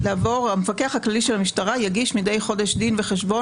שהמפקח הכללי של המשטרה יגיש מדי חודש דין וחשבון